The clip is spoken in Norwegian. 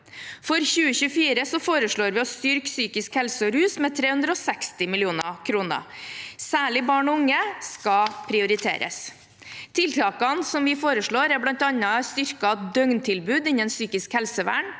For 2024 foreslår vi å styrke psykisk helse og rus med 360 mill. kr. Særlig barn og unge skal prioriteres. Tiltakene som vi foreslår, er bl.a. styrket døgntilbud innen psykisk helsevern,